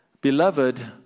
Beloved